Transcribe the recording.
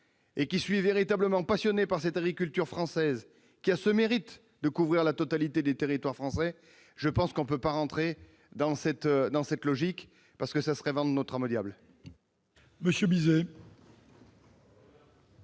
mais aussi passionné par cette agriculture française qui a le mérite de couvrir la totalité des territoires français, je pense qu'on ne peut pas entrer dans cette logique qui reviendrait à vendre notre âme au diable